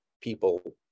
people